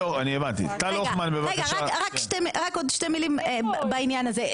רק עוד שתי מילים בעניין הזה.